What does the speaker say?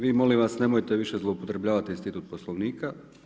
Vi molim vas nemojte više zloupotrebljavati institut Poslovnika.